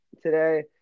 today